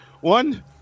one